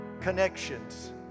Connections